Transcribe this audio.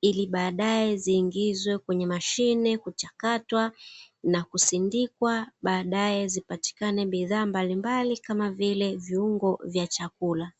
ili baadaye ziingizwe kwenye mashine kuchakatwa na kusindikwa, baadaye zipatikane bidhaa mbalimbali kama vile viungo vya chakula.